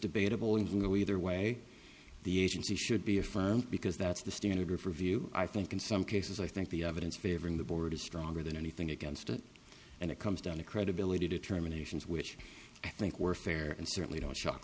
debatable you can go either way the agency should be affirmed because that's the standard riverview i think in some cases i think the evidence favoring the board is stronger than anything against it and it comes down to credibility determinations which i think were fair and certainly don't shock